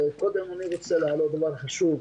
אני רוצה להעלות דבר חשוב,